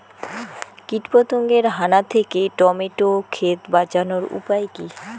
কীটপতঙ্গের হানা থেকে টমেটো ক্ষেত বাঁচানোর উপায় কি?